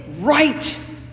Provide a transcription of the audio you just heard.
right